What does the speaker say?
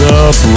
up